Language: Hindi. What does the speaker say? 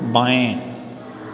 बाएं